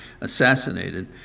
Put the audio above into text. assassinated